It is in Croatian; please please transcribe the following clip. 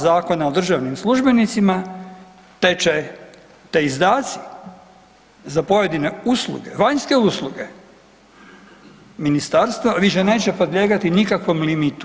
Zakona o državnim službenicima te će te izdaci za pojedine usluge, vanjske usluge Ministarstva, više neće podlijegati nikakvom limitu.